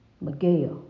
Miguel